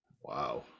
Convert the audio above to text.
Wow